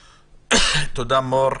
מור,